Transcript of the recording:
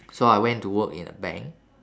so I went to work in a bank